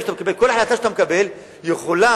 כל החלטה שאתה מקבל יכולה,